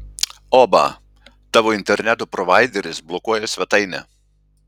oba tavo interneto provaideris blokuoja svetainę